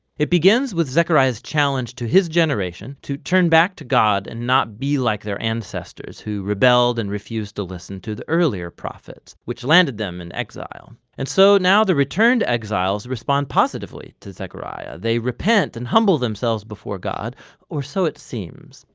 it begins with zechariah's challenge to his generation to turn back to god and not be like their ancestors who rebelled and refused to listen to the earlier prophets which landed them in exile and so now the returned exiles respond positively to zechariah they repent and humble themselves before god or so it seems.